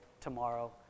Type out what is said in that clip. tomorrow